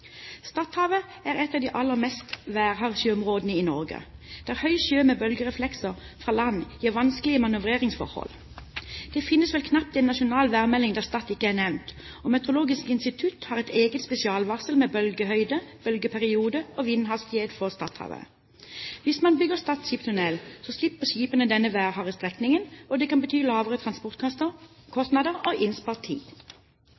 Stadhavet er et av de aller mest værharde sjøområdene i Norge, der høy sjø med bølgereflekser fra land gir vanskelige manøvreringsforhold. Det finnes vel knapt en nasjonal værmelding der Stad ikke er nevnt, og Meteorologisk institutt har et eget spesialvarsel med bølgehøyde, bølgeperiode og vindhastighet for Stadhavet. Hvis man bygger Stad skipstunnel, så slipper skipene denne værharde strekningen, og det kan bety lavere transportkostnader og innspart tid.